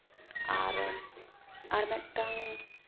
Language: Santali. ᱟᱨ ᱟᱨ ᱢᱤᱫᱴᱟᱝ